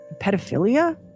pedophilia